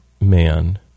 man